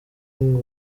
ngo